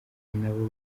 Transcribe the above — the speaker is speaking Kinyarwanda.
nabo